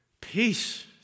Peace